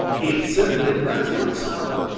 it cert'nly does look so.